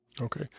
Okay